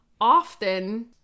often